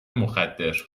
مخدر